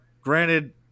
granted